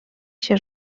się